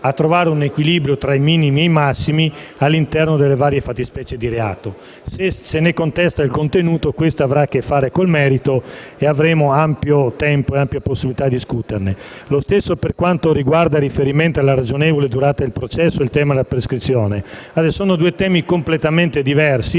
a trovare un equilibrio tra i minimi e i massimi all'interno delle varie fattispecie di reato. Se se ne contesta il contenuto, questo avrà a che fare con il merito ed avremo ampio tempo ed ampia possibilità di discuterne. Lo stesso per quanto riguarda il riferimento alla ragionevole durata del processo e alla prescrizione: sono due temi completamente diversi,